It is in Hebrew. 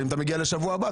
ואם אתה מגיע לשבוע הבא,